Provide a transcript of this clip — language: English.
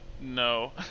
no